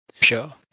Sure